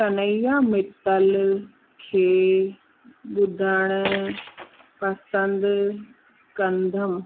कन्हैया मित्तल खे ॿुधणु पसंदि कंदमि